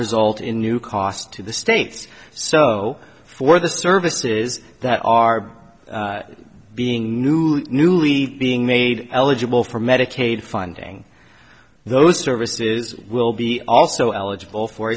result in new cost to the states so for the services that are being new newly being made eligible for medicaid funding those services will be also eligible for